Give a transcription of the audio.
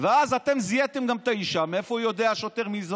אז יש מצב שהאישה צעקה כל כך